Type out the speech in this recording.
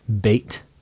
Bait